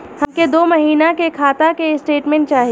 हमके दो महीना के खाता के स्टेटमेंट चाही?